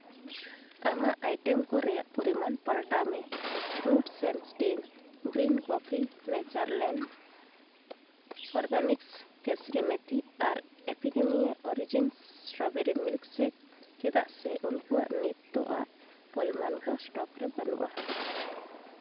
ᱟᱢᱟᱜ ᱟᱭᱴᱮᱢ ᱠᱚ ᱨᱮᱭᱟᱜ ᱯᱚᱨᱤᱢᱟᱱ ᱯᱟᱞᱴᱟᱣ ᱢᱮ roots and stems green coffee Natureland organic kasuri methi ᱟᱨ ᱮᱯᱷᱤᱜᱟᱢᱤᱭᱟ ᱳᱨᱤᱡᱤᱱᱥ ᱥᱴᱨᱚᱵᱮᱨᱤ ᱢᱤᱞᱠᱥᱮᱠ ᱪᱮᱫᱟᱜ ᱥᱮ ᱩᱱᱠᱩᱣᱟᱜ ᱱᱤᱛᱚᱜ ᱟᱜ ᱯᱚᱨᱤᱢᱟᱱ ᱠᱚ ᱥᱴᱚᱠ ᱨᱮ ᱵᱟᱹᱱᱩᱜᱼᱟ